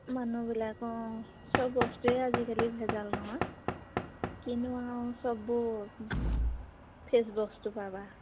মানুহবিলাকো সব বস্তুৱে আজিকালি ভেজাল নহয় কিনো আৰু সববোৰ ফেচ বস্তু পাবা